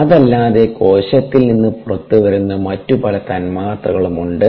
അതല്ലാതെ കോശത്തിൽ നിന്ന് പുറത്തുവരുന്ന മറ്റു പല തന്മാത്രകളും ഉണ്ട്